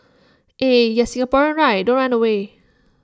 eh yeah Singaporean right don't run away